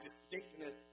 distinctness